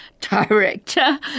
director